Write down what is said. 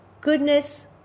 Goodness